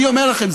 אני אומר לכם,